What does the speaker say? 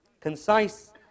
concise